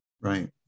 Right